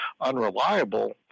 unreliable